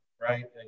right